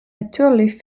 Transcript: natürlich